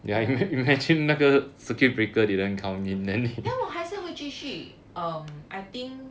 ya then 我还是会继续 um I think